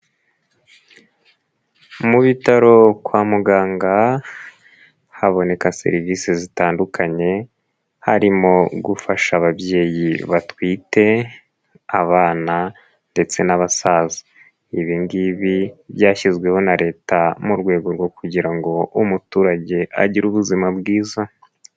Mu bitaro kwa muganga haboneka serivisi zitandukanye harimo gufasha ababyeyi batwite abana ndetse n'abasaza, ibi ngibi byashyizweho na Leta mu rwego rwo kugira ngo umuturage agire ubuzima bwiza.